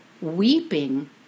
weeping